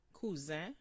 Cousin